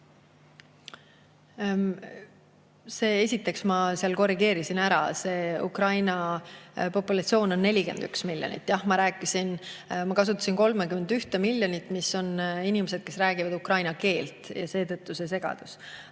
Esiteks, ma korrigeerisin ära, et Ukraina populatsioon on 41 miljonit. Jah, ma kasutasin 31 miljonit – need on inimesed, kes räägivad ukraina keelt. Seetõttu see segadus.